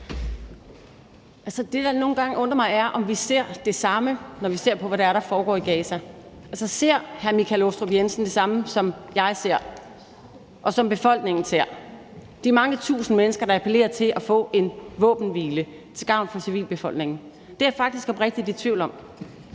Det, jeg nogle gange tænker på, er, om vi ser det samme, når vi ser på, hvad det er, der foregår i Gaza. Altså, ser hr. Michael Aastrup Jensen det samme, som jeg ser, og som befolkningen ser? Ser man de mange tusinde mennesker, der appellerer om at få en våbenhvile til gavn for civilbefolkningen? Det er jeg faktisk oprigtigt i tvivl om